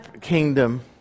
kingdom